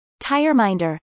Tireminder